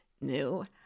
new